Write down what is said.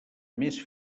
més